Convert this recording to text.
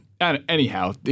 anyhow